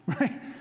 right